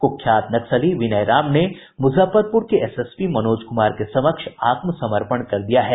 कुख्यात नक्सली विनय राम ने मुजफ्फरपुर के एसएसपी मनोज कुमार के समक्ष आत्मसमर्पण कर दिया है